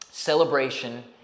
Celebration